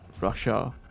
Russia